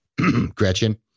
Gretchen